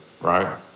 right